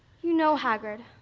you know, hagrid,